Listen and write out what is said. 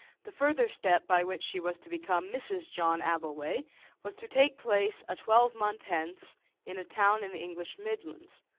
the further step by which she was to become mrs. john abbleway was to take place a twelvemonth hence in a town in the english midlands,